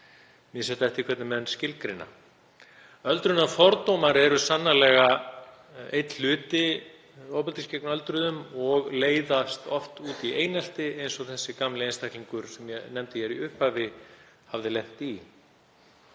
misjafnt eftir því hvernig menn skilgreina það. Öldrunarfordómar eru sannarlega einn hluti ofbeldis gegn öldruðum og leiðast oft út í einelti, eins og þessi gamla einstaklingur sem ég nefndi hér í upphafi hafði lent í.